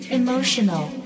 emotional